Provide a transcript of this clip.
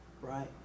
right